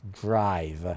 drive